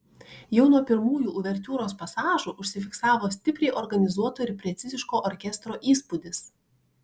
jau nuo pirmųjų uvertiūros pasažų užsifiksavo stipriai organizuoto ir preciziško orkestro įspūdis